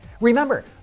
Remember